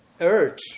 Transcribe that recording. urge